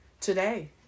Today